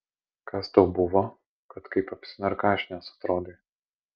kas tau buvo kad kaip apsinarkašinęs atrodai